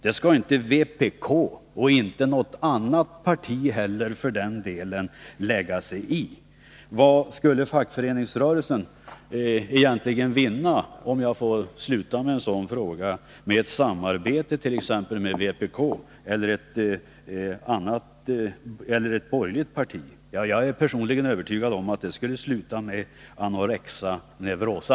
Det skall inte vpk, och för den delen inte heller något annat parti, lägga sig i. Vad skulle fackföreningsrörelsen egentligen vinna — om jag får sluta med en sådan fråga — med ett samarbete t.ex. med vpk eller med ett borgerligt parti? Jag är personligen övertygad om att det skulle sluta med anorexia nervosa,